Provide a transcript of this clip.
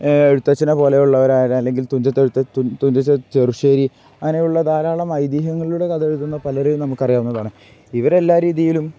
എഴുത്തച്ഛനെ പോലെയുള്ളവർ അല്ലെങ്കിൽ തുഞ്ചത്തെഴുത്തച്ഛൻ ചെറുശ്ശേരി അങ്ങനെയുള്ള ധാരാളം ഐതിഹ്യങ്ങളിലുടെ കഥകൾ എഴുതുന്ന പലരെയും നമുക്ക് അറിയാവുന്നതാണ് ഇവരെ എല്ലാ രീതിയിലും